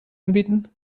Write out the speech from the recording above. anbieten